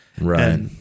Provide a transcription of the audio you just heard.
Right